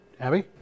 Abby